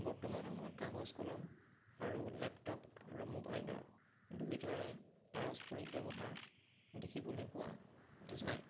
বৰ্তমান সময়ত কাগজ কলম আৰু লেপটপ আৰু মোবাইলৰ দুইটাৰে পাৰস্পৰিক ব্যৱহাৰ দেখিবলৈ পোৱা যায়